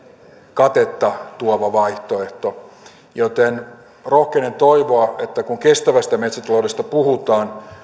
katetta tuova vaihtoehto joten rohkenen toivoa että kun kestävästä metsätaloudesta puhutaan